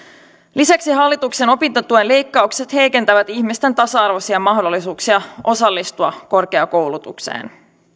lisäksi hallituksen opintotuen leikkaukset heikentävät ihmisten tasa arvoisia mahdollisuuksia osallistua korkeakoulutukseen